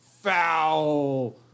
foul